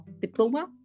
diploma